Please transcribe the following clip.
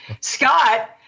Scott